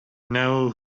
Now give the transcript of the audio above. now